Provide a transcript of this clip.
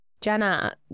jenna